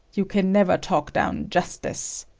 you can never talk down justice.